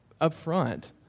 upfront